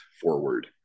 forward